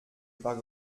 par